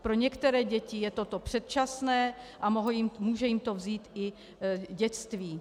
Pro některé děti je toto předčasné a může jim to vzít i dětství.